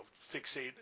fixate